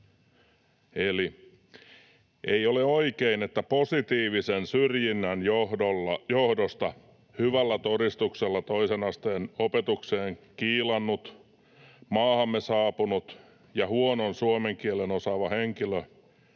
Eli ei ole oikein, että positiivisen syrjinnän johdosta hyvällä todistuksella toisen asteen opetukseen kiilannut, maahamme saapunut ja huonon suomen kielen osaava henkilö